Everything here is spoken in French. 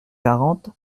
quarante